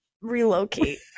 relocate